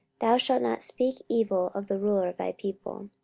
thou shalt not speak evil of the ruler of thy people.